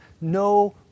no